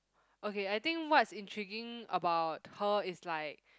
okay I think what's intriguing about her is like